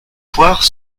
poires